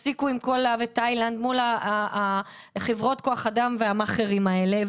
מול חברות כוח האדם והמעכרים האלה.